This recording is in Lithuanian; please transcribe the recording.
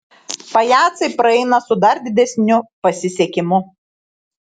pajacai praeina su dar didesniu pasisekimu